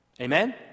Amen